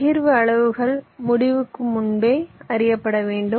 பகிர்வு அளவுகள் முடிவுக்கு முன்பே அறியப்பட வேண்டும்